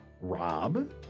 rob